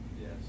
Yes